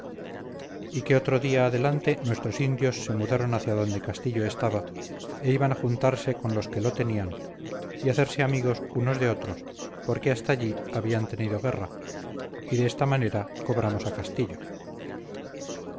y que otro día adelante nuestros indios se mudaron hacia donde castillo estaba e iban a juntarse con los que lo tenían y hacerse amigos unos de otros porque hasta allí habían tenido guerra y de esta manera cobramos a castillo